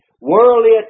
worldly